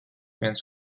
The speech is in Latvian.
viens